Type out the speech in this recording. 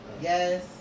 yes